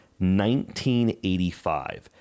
1985